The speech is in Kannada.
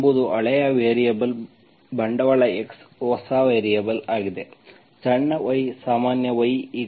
x ಎಂಬುದು ಹಳೆಯ ವೇರಿಯೇಬಲ್ ಬಂಡವಾಳ X ಹೊಸ ವೇರಿಯೇಬಲ್ ಆಗಿದೆ